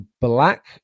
black